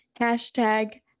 hashtag